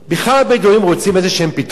בכלל, הבדואים רוצים איזה פתרונות?